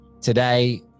Today